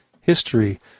history